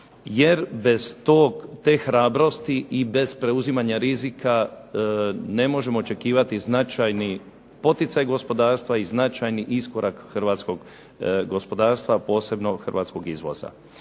jer bez te hrabrosti i bez preuzimanja rizika ne možemo očekivati značajni poticaj gospodarstva i značajni iskorak hrvatskog gospodarstva, a posebno hrvatskog izvoza.